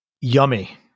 Yummy